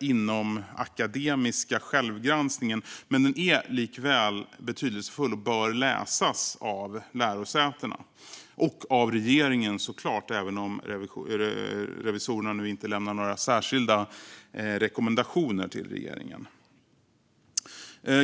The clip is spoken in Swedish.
inomakademiska självgranskningen, men den är likväl betydelsefull och den bör läsas av lärosätena - och av regeringen, såklart, även om revisorerna inte lämnar några särskilda rekommendationer till regeringen.